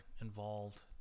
involved